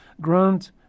grant